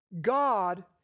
God